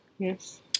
Yes